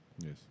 Yes